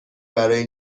برای